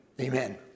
amen